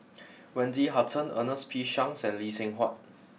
Wendy Hutton Ernest P Shanks and Lee Seng Huat